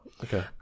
Okay